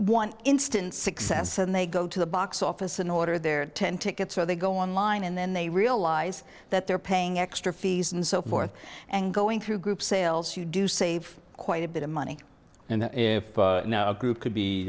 want instant success and they go to the box office and order their ten tickets so they go online and then they realize that they're paying extra fees and so forth and going through group sales you do save quite a bit of money and if no group could be